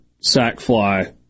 sack-fly